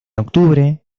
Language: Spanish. octubre